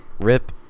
Rip